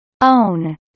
Own